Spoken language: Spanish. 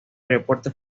aeropuerto